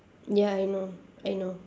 ya I know I know